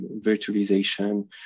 virtualization